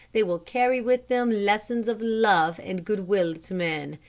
they will carry with them lessons of love and good-will to men.